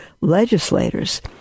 legislators